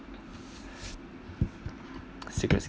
secret